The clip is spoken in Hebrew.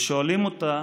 ושואלים אותה